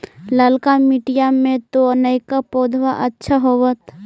ललका मिटीया मे तो नयका पौधबा अच्छा होबत?